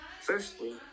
firstly